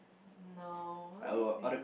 no let me think